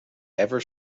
ever